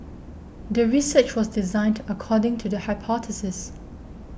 the research was designed according to the hypothesis